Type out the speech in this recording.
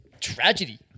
tragedy